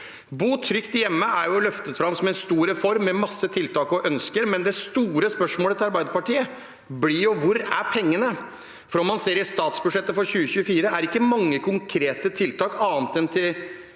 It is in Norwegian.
«Bo trygt hjemme» er løftet fram som en stor reform med mange tiltak og ønsker, men det store spørsmålet til Arbeiderpartiet blir jo: Hvor er pengene? Dersom man ser på statsbudsjettet for 2024, er det ikke mange konkrete tiltak, annet enn litt